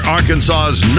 Arkansas's